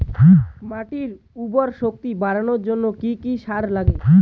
মাটির উর্বর শক্তি বাড়ানোর জন্য কি কি সার লাগে?